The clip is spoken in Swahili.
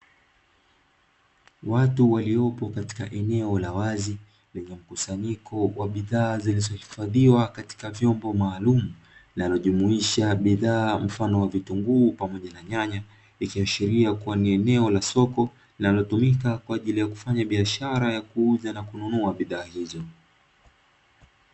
Watu waliopo katika eneo la wazi, lenye mkusanyiko wa bidhaa zilizohifadhiwa katika vyombo maalumu, linalojumuisha bidhaa mfano wa vitunguu pamoja na nyanya, ikiashiria kuwa ni eneo la soko linalotumika kwa ajili ya kufanya biashara ya kuuza na kununua bidhaa hizo.